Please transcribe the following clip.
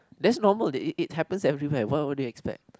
that's normal it it happens everywhere what what do you expect